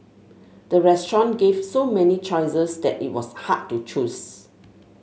the restaurant gave so many choices that it was hard to choose